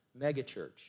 megachurch